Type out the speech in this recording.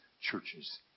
churches